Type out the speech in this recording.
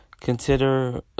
consider